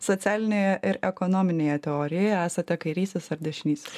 socialinėje ir ekonominėje teorijoje esate kairysis ar dešinys